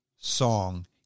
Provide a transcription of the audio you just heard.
song